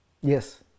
Yes